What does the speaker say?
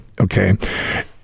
okay